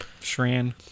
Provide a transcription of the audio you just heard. Shran